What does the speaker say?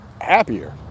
happier